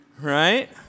Right